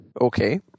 Okay